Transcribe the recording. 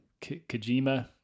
Kojima